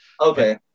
Okay